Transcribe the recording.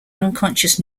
unconscious